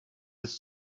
ist